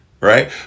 Right